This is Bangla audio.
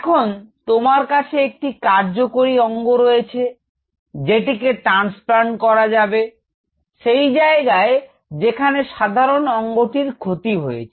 এখন তোমার কাছে একটি কার্যকরী অঙ্গ রয়েছে যেটিকে ট্রান্সপ্লান্ট করা যাবে সেই জায়গায় যেখানে সাধারন অঙ্গটির ক্ষতি হয়েছে